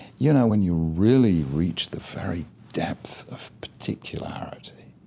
you know, when you really reach the very depth of particularity,